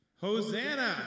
Hosanna